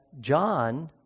John